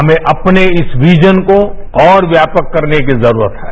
हमें अपने इस विजन को और व्यापक करने की जरूरतहै